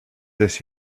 this